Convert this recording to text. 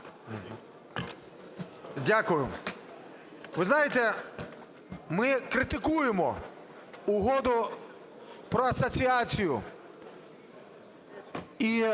Дякую. Ви знаєте, ми критикуємо Угоду про асоціацію і,